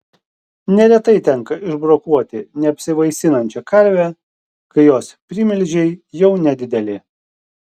neretai tenka išbrokuoti neapsivaisinančią karvę kai jos primilžiai jau nedideli